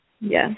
Yes